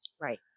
Right